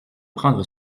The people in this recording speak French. prendre